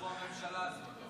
קצת כמו הממשלה הזאת.